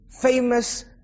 famous